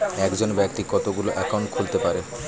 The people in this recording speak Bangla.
একজন ব্যাক্তি কতগুলো অ্যাকাউন্ট খুলতে পারে?